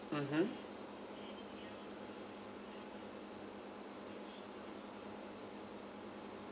mmhmm